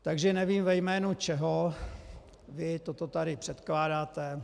Takže nevím, ve jménu koho vy toto tady předkládáte.